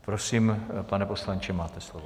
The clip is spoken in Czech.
Prosím, pane poslanče, máte slovo.